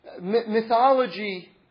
mythology